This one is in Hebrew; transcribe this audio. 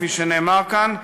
כפי שנאמר כאן,